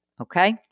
Okay